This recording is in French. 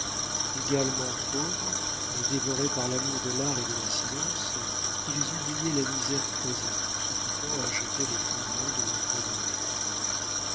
également pauvres mais dévorés par l'amour de l'art et de la science ils oubliaient la misère présente en s'occupant à jeter les fondements de leur renommée